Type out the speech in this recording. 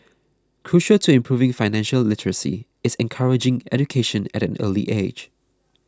crucial to improving financial literacy is encouraging education at an early age